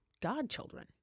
godchildren